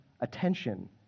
attention